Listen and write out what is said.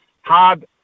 hard